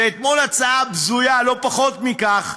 ואתמול, הצעה בזויה, לא פחות מכך,